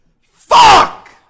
Fuck